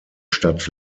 stadt